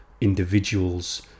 individuals